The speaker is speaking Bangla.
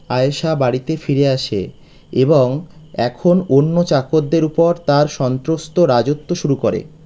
আয়েশা বাড়িতে ফিরে আসে এবং এখন অন্য চাকরদের উপর তার সন্ত্রস্ত রাজত্ব শুরু করে